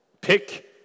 pick